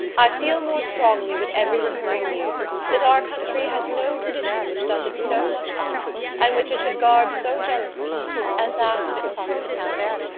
i feel more strongly with every recurring year that our country has no tradition which does it so much honour and which it should guard so jealously as that of its hospitality.